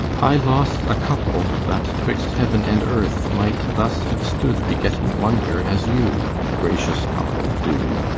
i lost a couple that twixt heaven and earth might thus have stood, begetting wonder, as you, gracious couple, do!